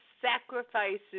sacrifices